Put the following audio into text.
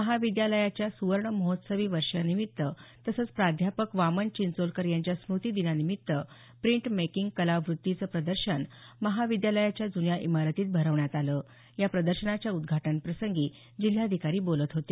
महाविद्यालयाच्या सुवर्ण महोत्सवी वर्षानिमित्त तसंच प्राध्यापक वामन चिंचोलकर यांच्या स्मृती दिनानिमित्त प्रिंट मेकिंग कलावृत्तीचे प्रदर्शन महाविद्यालयाच्या ज़्न्या इमारतीत भरवण्यात आलं या प्रदर्शनाच्या उद्घाटन प्रसंगी जिल्हाधिकारी बोलत होते